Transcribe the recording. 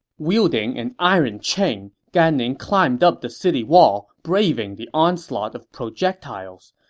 wielding an iron chain, gan ning climbed up the city wall, braving the onslaught of projectiles.